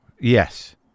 Yes